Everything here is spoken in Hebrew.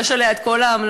ויש עליה את כל ההמלצות,